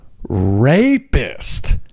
Rapist